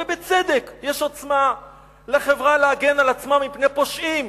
ובצדק יש עוצמה לחברה להגן על עצמה מפני פושעים,